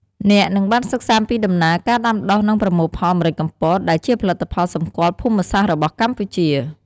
អ្នកនឹងបានសិក្សាពីដំណើរការដាំដុះ និងប្រមូលផលម្រេចកំពត ដែលជាផលិតផលសម្គាល់ភូមិសាស្ត្ររបស់កម្ពុជា។